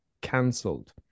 cancelled